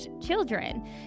Children